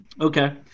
Okay